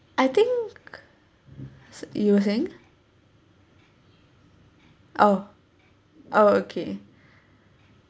I think you were saying oh okay